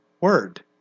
word